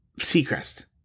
Seacrest